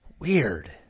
Weird